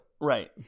Right